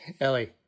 Ellie